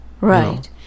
Right